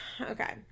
okay